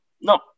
no